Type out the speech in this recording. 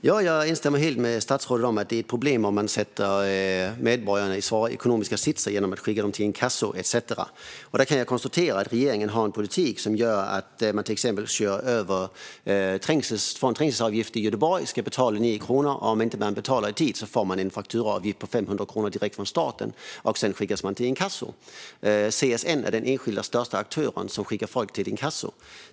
Herr talman! Jag instämmer helt i att det är ett problem om man försätter medborgarna i en svår ekonomisk sits genom att skicka dem till inkasso etcetera. Där kan jag konstatera att regeringen har en politik som innebär att om man ska betala en trängselavgift på 9 kronor i Göteborg och inte gör det i tid får man en fakturaavgift på 500 kronor direkt från staten, och sedan skickas man till inkasso. CSN är den enskilt största aktören som skickar folk till inkasso.